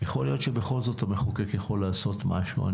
יכול להיות שבכל זאת המחוקק יכול לעשות משהו.